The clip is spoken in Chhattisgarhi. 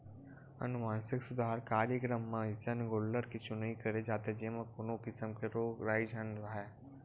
अनुवांसिक सुधार कार्यकरम म अइसन गोल्लर के चुनई करे जाथे जेमा कोनो किसम के रोग राई झन राहय